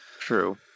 True